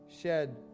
shed